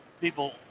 People